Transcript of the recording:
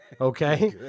Okay